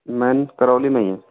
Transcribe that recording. man Karauli में ही है